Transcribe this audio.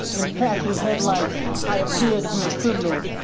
in passing headlights i appear to be a criminal.